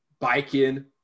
biking